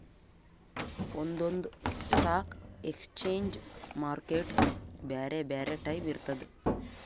ಒಂದೊಂದ್ stock exchange ಮಾರ್ಕೆಟ್ಗ್ ಬ್ಯಾರೆ ಬ್ಯಾರೆ ಟೈಮ್ ಇರ್ತದ್